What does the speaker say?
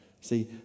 See